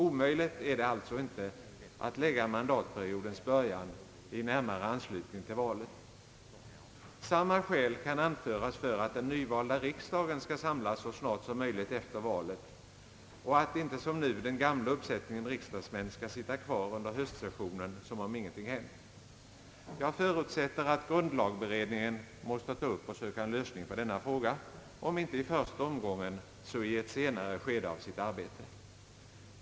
Omöjligt är det alltså inte, att lägga mandatperiodens början i närmare anslutning till valet. Samma skäl kan anföras för att den nyvalda riksdagen skall samlas så snart som möjligt efter valet och att inte som nu den gamla uppsättningen riksdagsmän skall sitta kvar under höstsessionen som om ingenting hänt. Jag förutsätter att grunlagberedningen måste ta upp och söka en lösning på denna fråga, om inte i första omgången så i ett senare skede av sitt arbete.